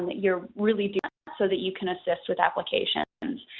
you're really doing, so that you can assist with applications. and